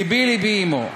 לבי-לבי עמו,